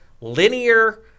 linear